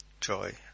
joy